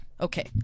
Okay